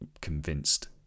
convinced